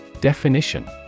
Definition